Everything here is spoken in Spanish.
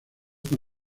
con